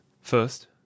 first